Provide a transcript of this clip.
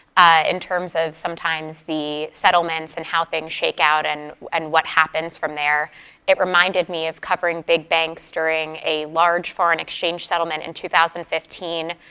in terms of, sometimes the settlements and how things shake out and and what happens from there it reminded me of covering big banks during a large foreign exchange settlement in two thousand and fifteen.